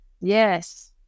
Yes